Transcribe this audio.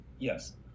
Yes